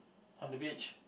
on the beach